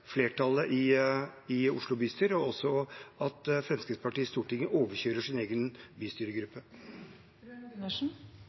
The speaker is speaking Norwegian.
flertallet i Oslo bystyre, og at Fremskrittspartiet i Stortinget overkjører sin egen